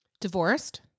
divorced